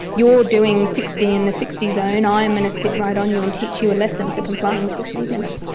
you are doing sixty in the sixty zone, i'm going to sit right on you and teach you a lesson for complying with the speed limit.